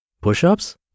Push-ups